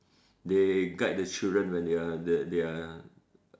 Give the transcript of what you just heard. they guide the children when they are they they are